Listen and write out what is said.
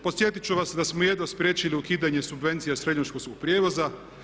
Podsjetiti ću vas da smo jedva spriječili ukidanje subvencija srednjoškolskog prijevoza.